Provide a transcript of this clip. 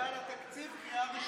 זה היה על התקציב, קריאה ראשונה.